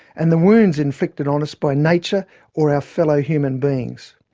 and the wounds inflicted on us by nature or our fellow human beings.